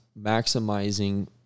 maximizing